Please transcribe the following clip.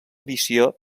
edició